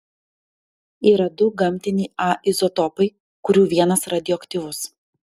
yra du gamtiniai a izotopai kurių vienas radioaktyvus